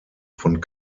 von